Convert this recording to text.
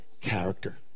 character